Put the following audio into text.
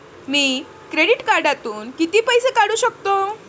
मी credit कार्डातून किती पैसे काढू शकतो?